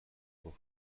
pour